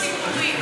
מילא חניון ציבורי,